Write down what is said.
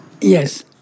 Yes